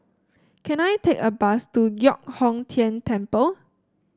can I take a bus to Giok Hong Tian Temple